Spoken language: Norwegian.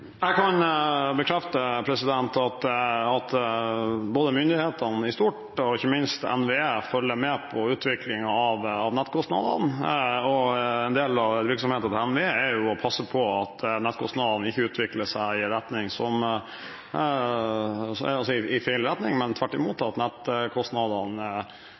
Jeg kan bekrefte at både myndighetene i stort og ikke minst NVE følger med på utviklingen av nettkostnadene, og en del av virksomheten til NVE er jo å passe på at nettkostnadene ikke utvikler seg i feil retning, men tvert imot